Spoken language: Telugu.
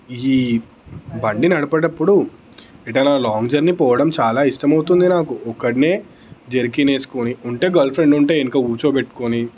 ఈ బండి నడిపేటప్పుడు ఎటన్నా లాంగ్ జర్నీ పోవడం చాలా ఇష్టం అవుతుంది నాకు ఒక్కడినే జర్కిన్ వేసుకొని ఉంటే గర్ల్ఫ్రెండ్ ఉంటే వెనక కూర్చోబెట్టుకొని